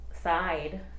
side